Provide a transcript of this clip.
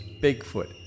Bigfoot